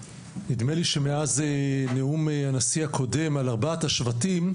נדמה לי שמאז נאום הנשיא הקודם על ארבעת השבטים,